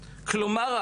כלומר,